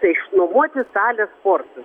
tai išnuomuoti salę sportui